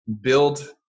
build